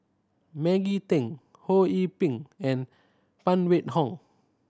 Maggie Teng Ho Yee Ping and Phan Wait Hong